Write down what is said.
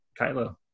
Kylo